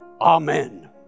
Amen